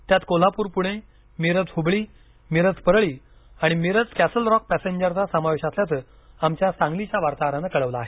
त्यात कोल्हापूर पुणे मिरज हबळी मिरज परळी आणि मिरज कॅसलरॉक पॅसेंजरचा समावेश असल्याचं आमच्या सांगलीच्या वार्ताहरानं कळवलं आहे